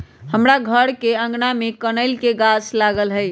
हमर घर के आगना में कनइल के गाछ लागल हइ